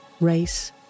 race